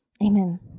Amen